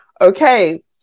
okay